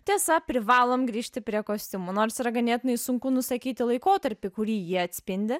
tiesa privalom grįžti prie kostiumų nors yra ganėtinai sunku nusakyti laikotarpį kurį jie atspindi